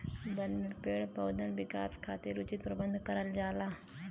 बन में पेड़ पउधन विकास खातिर उचित प्रबंध करल जाला